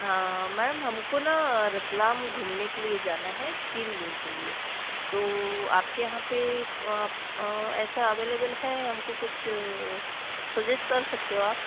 अ ma'am हमको न रतलाम घूमने के लिए जाना हैं तीन दिन के लिए तो आप के वहाँ पर वाप ऐसा एवलेवल है हमको कुछ सजेस्ट कर सकते हो आप